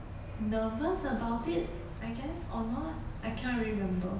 nervous about it I guess or not I can't really remember